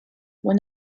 were